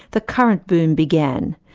the current boom began,